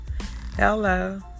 Hello